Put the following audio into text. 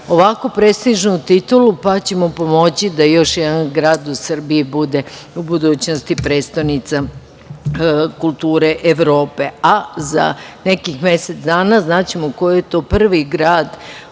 ovakvu prestižnu titulu, pa ćemo pomoći da još jedan grad u Srbiji bude u budućnosti prestonica kulture Evrope, a za nekih mesec dana znaćemo ko je to prvi grad